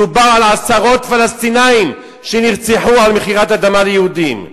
מדובר על עשרות פלסטינים שנרצחו על מכירת אדמה ליהודים.